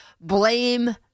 blame